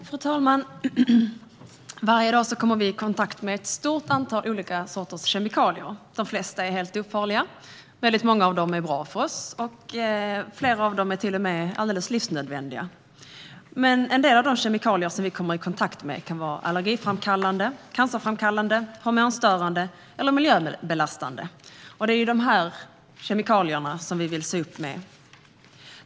Fru talman! Varje dag kommer vi i kontakt med ett stort antal kemikalier. De flesta är helt ofarliga. Många av dem är bra för oss, och flera av dem är till och med livsnödvändiga. Men en del av de kemikalier vi kommer i kontakt med kan vara allergiframkallande, cancerframkallande, hormonstörande eller miljöbelastande. Det är dessa kemikalier vi vill se upp med.